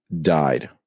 died